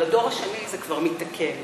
אבל בדור השני, זה כבר מיתקן.